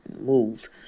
move